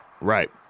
right